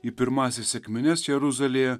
į pirmąsias sekmines jeruzalėje